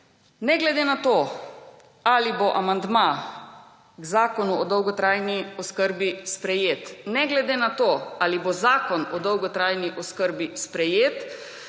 Ne glede na to, ali bo amandma k Zakonu o dolgotrajni oskrbi sprejet,